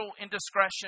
indiscretion